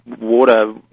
water